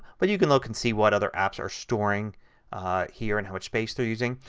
but you can look and see what other apps are storing here and how much space they are using.